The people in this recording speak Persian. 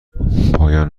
پایان